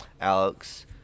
Alex